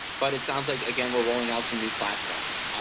but it sounds like, again, we're rolling out some new platforms.